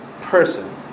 person